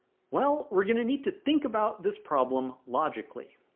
well, we're gonna need to think about this problem logically